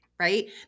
Right